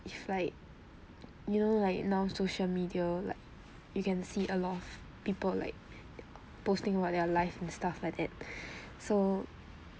if like you know like now social media like you can see a lot of people like posting about their life and stuff like that so